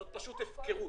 זו פשוט הפקרות.